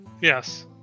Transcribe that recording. Yes